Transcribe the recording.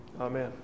amen